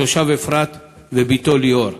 תושב אפרת, ובתו ליאור".